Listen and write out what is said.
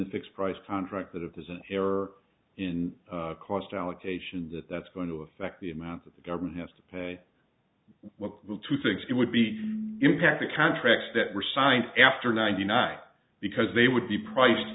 the fixed price contract that if there's an error in cost allocation that that's going to affect the amount that the government has to pay what will two things get would be impacted contracts that were signed after ninety nine because they would be priced